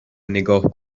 نگاه